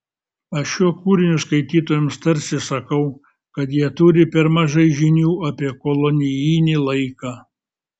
aš šiuo kūriniu skaitytojams tarsi sakau kad jie turi per mažai žinių apie kolonijinį laiką